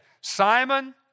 Simon